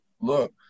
look